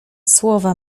słowa